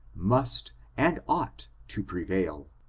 must, and ought to prevail.